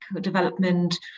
development